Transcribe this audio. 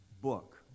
book